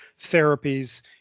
therapies